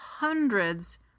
hundreds